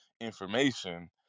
information